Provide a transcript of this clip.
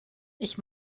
ich